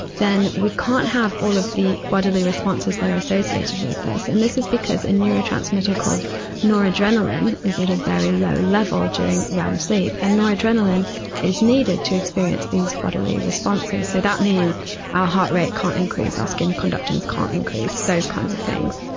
then we can't have all of the bodily responses that are associated with this, and this is because a neurotransmitter called noradrenaline is at a very low level during rem sleep, and noradrenaline is in needed to experience these bodily responses. so that means our heart rate can't increase, our ah skin conductance can't increase, those kinds of things.